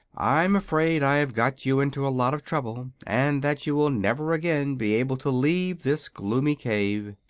i'm afraid i've got you into a lot of trouble, and that you will never again be able to leave this gloomy cave.